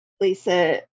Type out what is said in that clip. Lisa